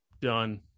done